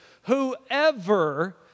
whoever